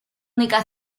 única